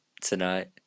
tonight